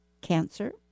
cancer